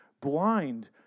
blind